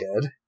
good